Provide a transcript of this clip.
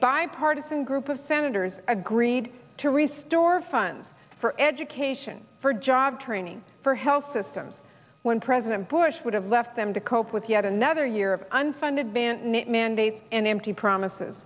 bipartisan group of senators agreed to reste or funds for education for job training for health systems when president bush would have left them to cope with yet another year of unfunded banton it mandates an empty promises